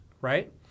Right